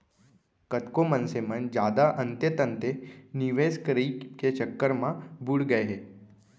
कतको मनसे मन जादा अंते तंते निवेस करई के चक्कर म बुड़ गए हे